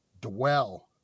dwell